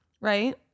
right